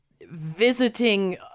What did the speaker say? visiting